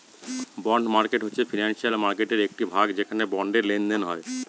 bond market হচ্ছে financial মার্কেটের একটি ভাগ যেখানে বন্ডের লেনদেন হয়